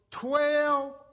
Twelve